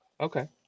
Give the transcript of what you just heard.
Okay